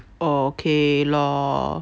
okay lor